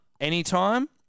anytime